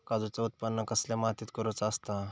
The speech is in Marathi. काजूचा उत्त्पन कसल्या मातीत करुचा असता?